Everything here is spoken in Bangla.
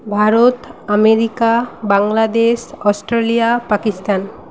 Bharat America Bangladesh Australia Pakistan